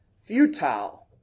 futile